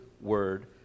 Word